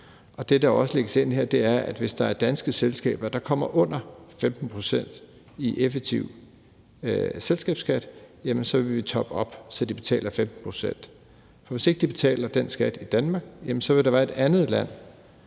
og det, der også lægges ind her, er, at hvis der er danske selskaber, der kommer under 15 pct. i effektiv selskabsskat, så vil vi toppe op, sådan at de betaler 15 pct. For hvis ikke de betaler den skat i Danmark, vil der være et andet land,